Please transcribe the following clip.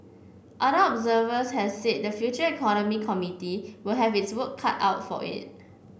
other observers has said the Future Economy Committee will have its work cut out for it